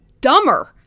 dumber